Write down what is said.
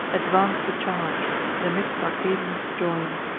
advance to charge the mix'd arcadians join.